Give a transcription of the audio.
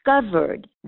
discovered